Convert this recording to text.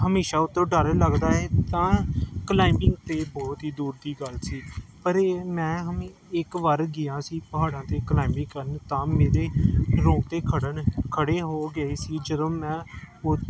ਹਮੇਸ਼ਾਂ ਉਹ ਤੋਂ ਡਰ ਲੱਗਦਾ ਹੈ ਤਾਂ ਕਲਾਈਮਿੰਗ ਤਾਂ ਬਹੁਤ ਹੀ ਦੂਰ ਦੀ ਗੱਲ ਸੀ ਪਰ ਇਹ ਮੈਂ ਹਮੇ ਇੱਕ ਵਾਰ ਗਿਆ ਸੀ ਪਹਾੜਾਂ 'ਤੇ ਕਲਾਈਮਿੰਗ ਕਰਨ ਤਾਂ ਮੇਰੇ ਰੋਂਗਟੇ ਖੜਨ ਖੜ੍ਹੇ ਹੋ ਗਏ ਸੀ ਜਦੋਂ ਮੈਂ ਓ